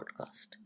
podcast